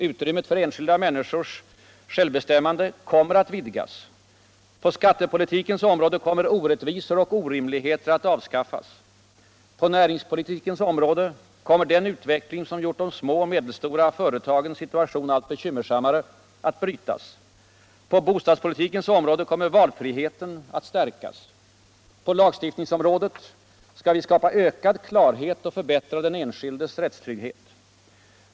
Utrymmet för enskilda människors självbestämmande kommer att vidgas. På skattepolitikens område kommer orättvisor och orimligheter att avskaftas. På näringspolitikens område kommer den utveckling som gjort de små och medelstora företagens situation allt bekymmersanimare att brytas. På bostadspolitikens område kommer valfriheten att stärkas. På lagstiftningsområdet skall vi skapa ökad klarhet och förbättra den enskildes rättstrygghet.